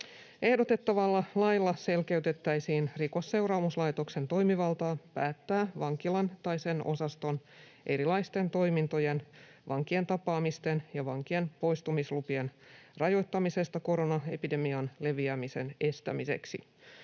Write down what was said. Ehdotettavalla lailla selkeytettäisiin Rikosseuraamuslaitoksen toimivaltaa päättää vankilan tai sen osaston erilaisten toimintojen, vankien tapaamisten ja vankien poistumislupien rajoittamisesta koronaepidemian leviämisen estämiseksi.